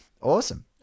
Awesome